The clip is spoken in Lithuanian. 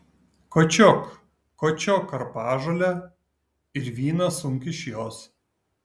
kočiok kočiok karpažolę ir vyną sunk iš jos